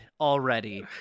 already